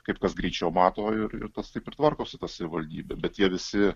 kaip kas greičiau mato ir ir tas taip ir tvarkosi ta savivaldybė bet jie visi